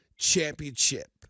championship